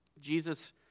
Jesus